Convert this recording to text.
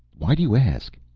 why do you ask?